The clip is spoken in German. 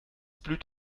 blüht